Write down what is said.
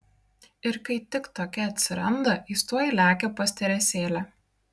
ir kai tik tokia atsiranda jis tuoj lekia pas teresėlę